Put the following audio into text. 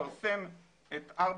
רוצים לפרסם את שלושת המפרטים האלה,